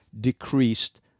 decreased